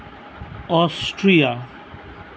Australia